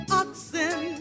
oxen